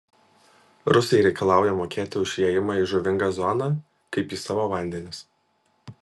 rusai reikalauja mokėti už įėjimą į žuvingą zoną kaip į savo vandenis